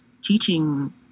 teaching